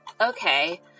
okay